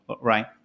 right